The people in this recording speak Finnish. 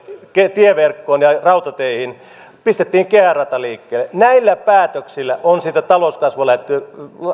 tieverkkoon ja rautateihin pistettiin kehärata liikkeelle näillä päätöksillä on sitä talouskasvua lähdetty